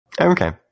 Okay